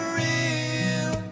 real